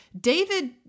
David